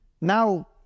Now